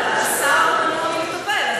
אבל השר מנוע מלטפל,